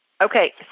Okay